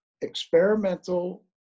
experimental